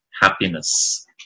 happiness